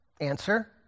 Answer